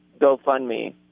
gofundme